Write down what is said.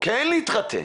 כן להתחתן